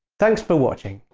thanks for watching!